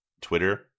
twitter